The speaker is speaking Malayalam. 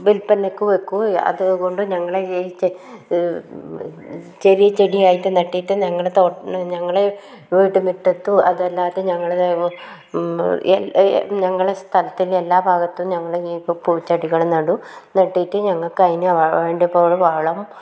വിൽപ്പനക്ക് വയ്ക്കും അതുകൊണ്ട് ഞങ്ങൾ ചെറിയ ചെടിയായിട്ട് നട്ടിട്ട് ഞങ്ങൾ ഞങ്ങൾ വീട്ടു മുറ്റത്തും അതല്ലാതെ ഞങ്ങളെ ഞങ്ങളെ സ്ഥലത്തിൻ്റെ എല്ലാ ഭാഗത്തും ഞങ്ങൾ ഇങ്ങനെ പൂച്ചെടികൾ നടും നട്ടിട്ട് ഞങ്ങൾക്ക് അതിനു വേണ്ട പോലെ വളം